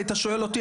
היית שואל אותי,